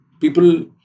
People